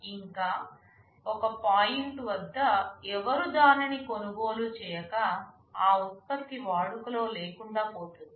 ఇంకా ఒక పాయింట్ వద్ద ఎవరు దానిని కొనుగోలు చేయక ఆ ఉత్పత్తి వాడుకలో లేకుండా పోతుంది